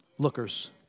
Lookers